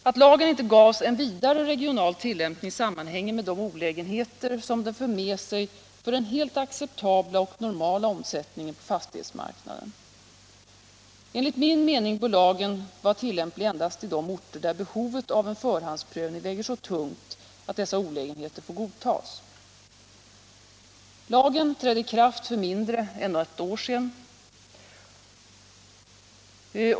Att lagen inte gavs en vidare regional tillämpning sammanhänger med de olägenheter som den för med sig för den helt acceptabla och normala omsättningen på fastighetsmarknaden. Enligt min mening bör lagen vara tillämplig endast i de orter där behovet av en förhandsprövning väger så tungt att dessa olägenheter får godtas. Lagen trädde i kraft för mindre än ett år sedan.